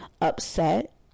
upset